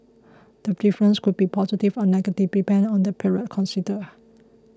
the difference could be positive or negative depending on the period considered